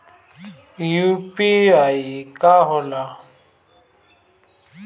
UPI का होला?